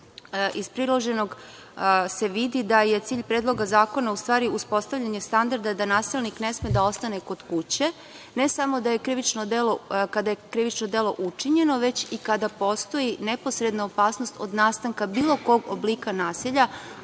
priloženog se vidi da je cilj Predloga zakona u stvari uspostavljanje standarda da nasilnik ne sme da ostane kod kuće, ne samo kada je krivično delo učinjeno, već i kada postoji neposredna opasnost od nastanka bilo kog oblika nasilja,